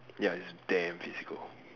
ya it's damn physical